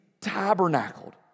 tabernacled